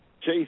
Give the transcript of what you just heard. Chase